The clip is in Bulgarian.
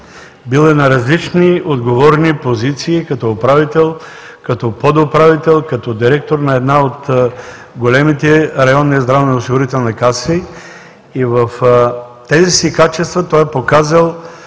Бил е на различни отговорни позиции като управител, като подуправител, като директор на една от големите районни здравноосигурителни каси, и в тези си качества той е показал